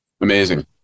Amazing